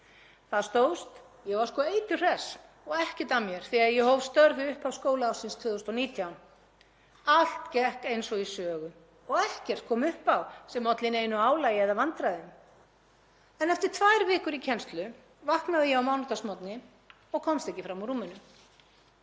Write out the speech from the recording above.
Það stóðst. Ég var sko eiturhress og ekkert að mér þegar ég hóf störf við upphaf skólaársins 2019. Allt gekk eins og í sögu og ekkert kom upp á sem olli neinu álagi eða vandræðum, en eftir tvær vikur í kennslu vaknaði ég á mánudagsmorgni og komst ekki fram úr rúminu.